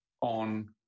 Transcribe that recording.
on